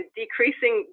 decreasing